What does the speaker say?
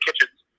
Kitchens